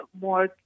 more